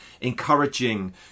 encouraging